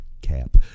cap